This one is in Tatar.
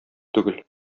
түгел